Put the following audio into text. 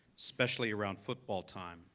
especially around football time.